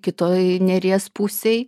kitoj neries pusėj